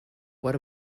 what